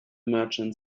merchant